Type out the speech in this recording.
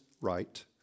right